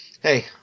hey